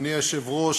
אדוני היושב-ראש,